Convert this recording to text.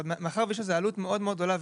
אבל מאחר ויש לזה עלות מאוד גדולה,